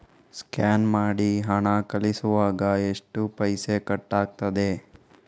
Scan ಮಾಡಿ ಹಣ ಕಳಿಸುವಾಗ ಎಷ್ಟು ಪೈಸೆ ಕಟ್ಟಾಗ್ತದೆ?